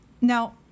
Now